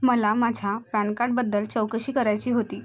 मला माझ्या पॅन कार्डबद्दल चौकशी करायची होती